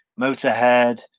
Motorhead